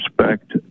respect